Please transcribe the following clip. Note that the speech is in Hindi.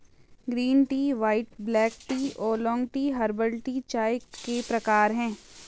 green tea white black tea oolong tea herbal tea चाय के प्रकार है